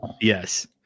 Yes